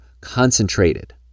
concentrated